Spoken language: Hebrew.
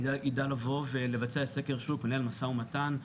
יידע לבוא ולבצע סקר שוק, ינהל משא ומתן.